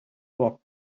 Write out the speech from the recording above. walked